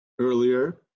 earlier